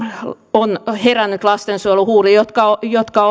on herännyt lastensuojeluhuoli ja jotka